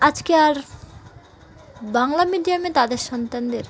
আজকে আর বাংলা মিডিয়ামে তাদের সন্তানদের